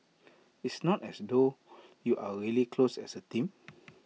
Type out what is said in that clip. it's not as though you're really close as A team